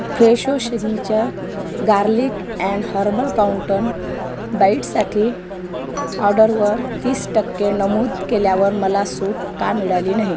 Fresho signature garlic and herbal croutons बाईटसाठी ऑडरवर तीस टक्के नमूद केल्यावर मला सूट का मिळाली नही